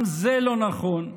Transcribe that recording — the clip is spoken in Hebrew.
גם זה לא נכון.